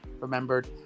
remembered